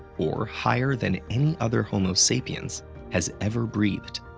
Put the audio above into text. or higher than any other homo sapiens has ever breathed.